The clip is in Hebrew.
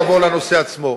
נעבור לנושא עצמו.